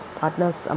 partners